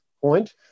point